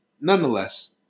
Nonetheless